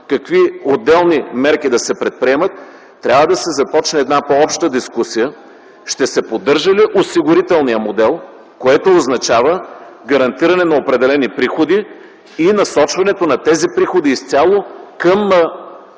какви отделни мерки да се предприемат, трябва да се започне една по-обща дискусия ще се поддържа ли осигурителния модел, което означава гарантиране на определени приходи и насочването на тези приходи изцяло към